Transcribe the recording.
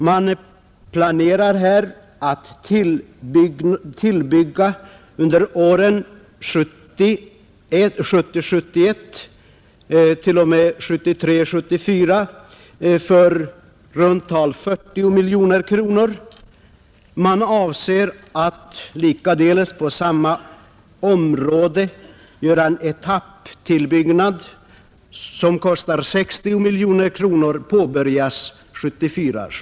Man planerar att under åren 1970 74 bygga ut för i runt tal 40 miljoner kronor, och man avser att på samma område göra en etapptillbyggnad som kostar 60 miljoner kronor och skall påbörjas 1974/75.